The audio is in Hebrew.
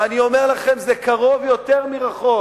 ואני אומר לכם, זה קרוב יותר מרחוק,